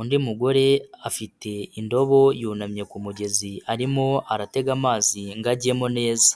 undi mugore afite indobo yunamye ku mugezi arimo aratega amazi ngo ajyemo neza.